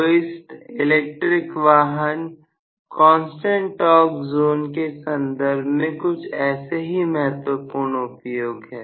hoist electric वाहन constant torque zone के संदर्भ में कुछ ऐसे ही महत्वपूर्ण उपयोग है